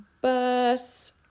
bus